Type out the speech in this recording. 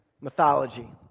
mythology